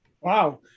Wow